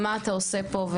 מה אתה עושה פה,